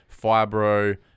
fibro